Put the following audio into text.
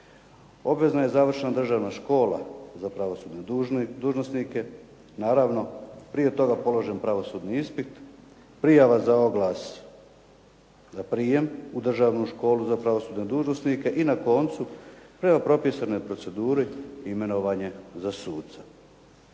Obvezna je završena Državna škola za pravosudne dužnosnike, naravno prije toga položen pravosudni ispit, prijava za oglas za prijem u Državnu školu za pravosudne dužnosnike i na koncu prema propisanoj proceduri imenovanje za suca.